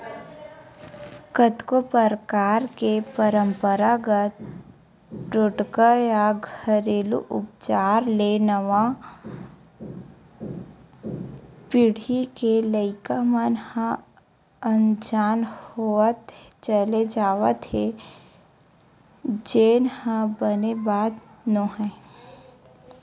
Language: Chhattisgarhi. कतको परकार के पंरपरागत टोटका या घेरलू उपचार ले नवा पीढ़ी के लइका मन ह अनजान होवत चले जावत हे जेन ह बने बात नोहय